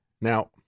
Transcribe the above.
Now